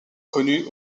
connu